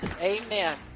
Amen